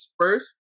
First